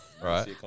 right